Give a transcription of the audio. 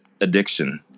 addiction